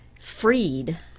freed